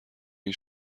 این